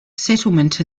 settlement